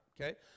Okay